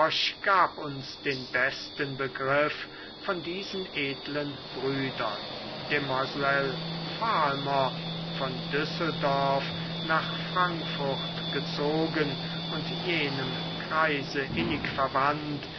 gab uns den besten begriff von diesen edlen brüdern demoiselle fahlmer von düsseldorf nach frankfurt gezogen und jenem kreise innig verwandt